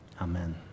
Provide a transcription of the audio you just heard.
Amen